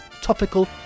topical